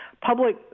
public